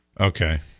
Okay